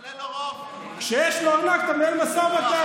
אבל אין לו רוב, כשיש לו ארנק, אתה מנהל משא ומתן.